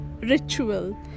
ritual